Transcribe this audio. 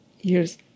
years